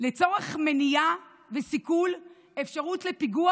לצורך מניעה וסיכול אפשרות לפיגוע